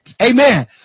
Amen